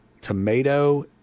tomato